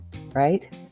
Right